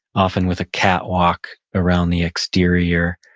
often with a catwalk around the exterior.